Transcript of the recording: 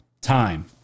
time